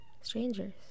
strangers